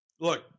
Look